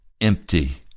empty